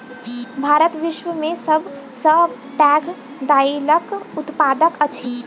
भारत विश्व में सब सॅ पैघ दाइलक उत्पादक अछि